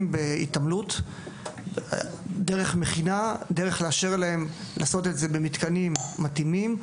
בהתעלמות דרך מכינה ולאשר להם לעשות את זה במתקנים מתאימים;